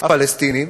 הפלסטינים